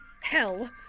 Hell